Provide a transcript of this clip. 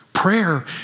Prayer